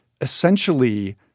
essentially